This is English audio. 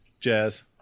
Jazz